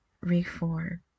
reform